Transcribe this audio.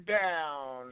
down